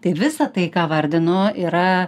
tai visa tai ką vardinu yra